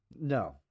No